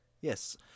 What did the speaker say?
Yes